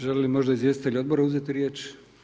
Žele li možda izvjestitelji odbora uzeti riječ?